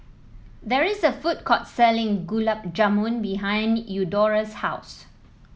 there is a food court selling Gulab Jamun behind Eudora's house